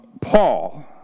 Paul